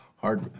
hard